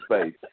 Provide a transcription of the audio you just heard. space